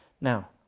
Now